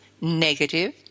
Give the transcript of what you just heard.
negative